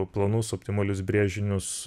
planus optimalius brėžinius